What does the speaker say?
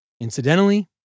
Incidentally